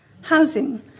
Housing